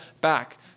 back